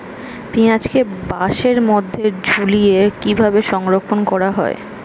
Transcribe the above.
পেঁয়াজকে বাসের মধ্যে ঝুলিয়ে কিভাবে সংরক্ষণ করা হয়?